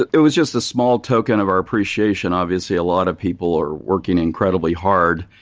it it was just a small token of our appreciation. obviously, a lot of people are working incredibly hard.